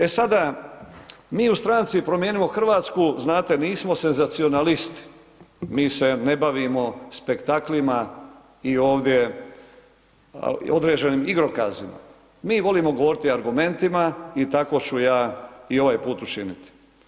E sada mi u Stranci Promijenimo Hrvatsku znate nismo senzacionalisti, mi se ne bavimo spektaklima i ovdje određenim igrokazima, mi volimo govoriti argumentima i tako ću ja i ovaj put učiniti.